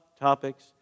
topics